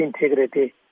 integrity